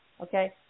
okay